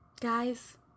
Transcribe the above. guys